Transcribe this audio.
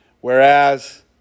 Whereas